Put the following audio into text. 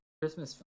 Christmas